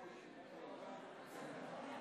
56. אני קובע כי הצעת האי-אמון בממשלה לא התקבלה.